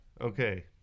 Okay